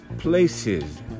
Places